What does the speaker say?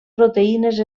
proteïnes